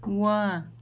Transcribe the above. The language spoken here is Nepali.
उहाँ